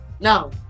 no